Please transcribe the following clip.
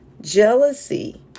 jealousy